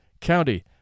County